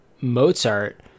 Mozart